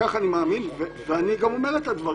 כך אני מאמין ואני גם אומר את הדברים.